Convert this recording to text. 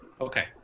Okay